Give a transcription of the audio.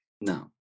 No